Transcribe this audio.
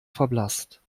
verblasst